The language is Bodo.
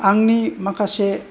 आंनि माखासे